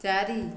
ଚାରି